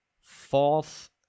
false